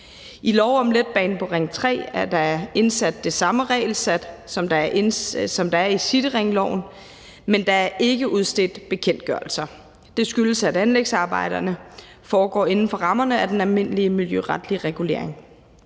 I lov om letbanen på Ring 3 er der indsat det samme regelsæt, som der er i Cityringloven, men der er ikke udstedt bekendtgørelser. Det skyldes, at anlægsarbejderne foregår inden for rammerne af den almindelige miljøretlige regulering.